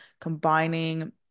combining